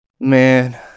Man